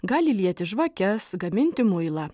gali lieti žvakes gaminti muilą